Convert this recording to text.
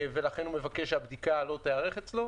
ולכן הוא מבקש שהבדיקה לא תיערך אצלו.